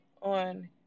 on